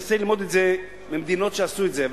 מנסה ללמוד את זה ממדינות שעשו את זה.